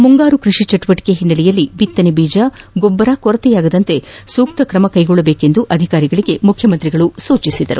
ಮುಂಗಾರು ಕೃಷಿ ಚಟುವಟಿಕೆ ಹಿನ್ನೆಲೆಯಲ್ಲಿ ಬಿತ್ತನೆ ಬೀಜ ಗೊಬ್ಬರ ಕೊರತೆಯಾಗದಂತೆ ಸೂಕ್ತ ಕ್ರಮ ಕೈಗೊಳ್ಳುವಂತೆ ಅಧಿಕಾರಿಗಳಿಗೆ ಮುಖ್ಯಮಂತ್ರಿ ಸೂಚಿಸಿದರು